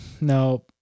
No